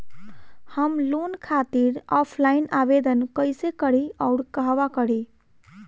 हम लोन खातिर ऑफलाइन आवेदन कइसे करि अउर कहवा करी?